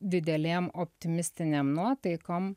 didelėm optimistinėm nuotaikom